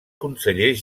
consellers